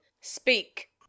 Speak